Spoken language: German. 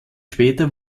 später